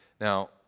Now